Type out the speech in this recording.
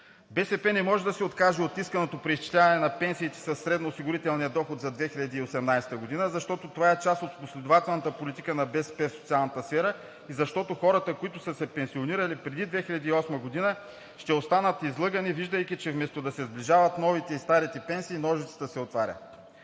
БСП не може да се откаже от исканото преизчисляване на пенсиите със средноосигурителния доход за 2018 г., защото това е част от последователната политика на БСП в социалната сфера. Защото хората, които са се пенсионирали преди 2008 г., ще останат излъгани, виждайки, че вместо да се сближават новите и старите пенсии, ножицата се отваря.